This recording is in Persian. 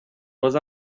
باز